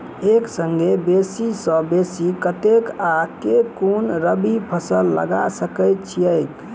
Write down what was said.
एक संगे बेसी सऽ बेसी कतेक आ केँ कुन रबी फसल लगा सकै छियैक?